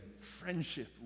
friendship